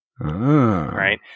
Right